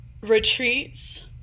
retreats